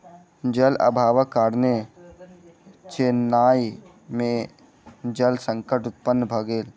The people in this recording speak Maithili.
जल अभावक कारणेँ चेन्नई में जल संकट उत्पन्न भ गेल